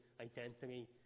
identity